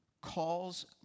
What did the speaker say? calls